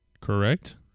Correct